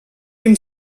him